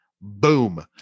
Boom